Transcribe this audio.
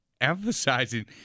emphasizing